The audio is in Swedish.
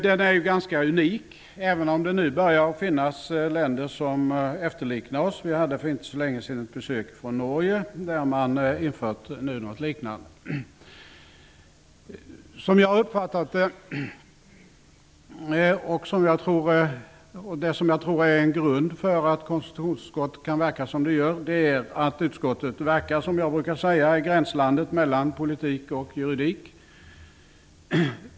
Den är ganska unik, även om det nu börjar finnas länder som efterliknar oss. Vi hade för inte länge sedan besök från Norge, där man nu infört något liknande. Som jag uppfattat det -- det tror jag är en grund för att konstitutionsutskottet kan verka som det gör -- verkar utskottet, som jag brukar säga, i gränslandet mellan politik och juridik.